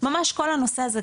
ממש כל הנושא הזה,